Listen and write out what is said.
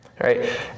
right